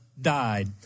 died